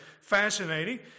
fascinating